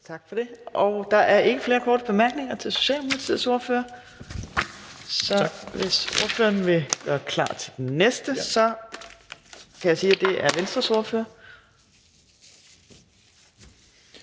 Tak for det. Der er ikke flere korte bemærkninger til Socialdemokratiets ordfører. Så hvis ordføreren vil gøre klar til den næste ordfører, kan jeg sige, at det er hr. Mads